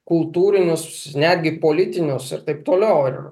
kultūrinius netgi politinius ir taip toliau ir